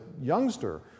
youngster